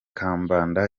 kambanda